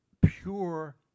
pure